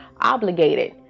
obligated